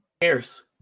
cares